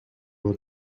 will